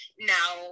now